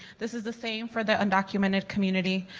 this is the same for the undocumented community.